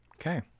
Okay